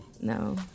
No